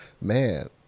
Man